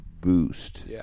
boost